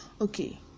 okay